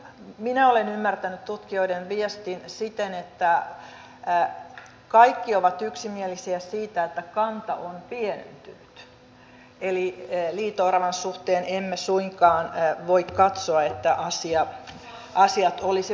minä olen ymmärtänyt tutkijoiden viestin siten että kaikki ovat yksimielisiä siitä että kanta on pienentynyt eli liito oravan suhteen emme suinkaan voi katsoa että asiat olisivat hyvin